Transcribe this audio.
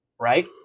right